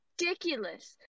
ridiculous